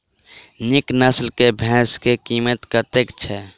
नीक नस्ल केँ भैंस केँ कीमत कतेक छै?